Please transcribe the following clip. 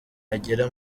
agera